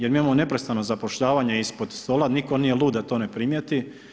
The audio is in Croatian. Jer mi imamo neprestano zapošljavanje ispod stola, nitko nije lud da to ne primijeti.